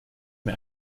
mir